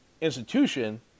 institution